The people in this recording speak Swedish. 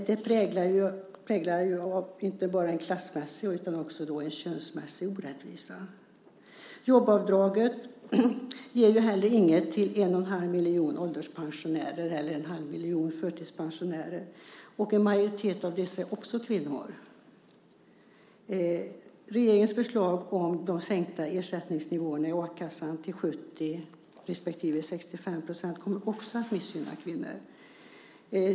Den är präglad inte bara av en klassmässig utan också av en könsmässig orättvisa. Jobbavdraget ger inte heller något till en och en halv miljoner ålderspensionärer eller en halv miljon förtidspensionärer. Och en majoritet av dem är också kvinnor. Regeringens förslag om sänkta ersättningsnivåer i a-kassan till 70 % respektive 65 % kommer också att missgynna kvinnor.